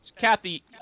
Kathy